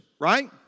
right